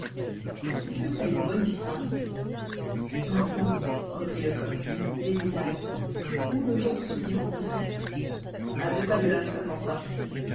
quand ils furent à une bonne distance maintenant reprit lecoq des détails où nos gens se sont-ils rencontrés à deux pas de la rue saint-quentin